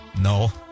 No